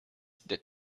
that